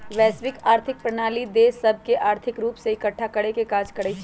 वैश्विक आर्थिक प्रणाली देश सभके आर्थिक रूप से एकठ्ठा करेके काज करइ छै